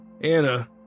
Anna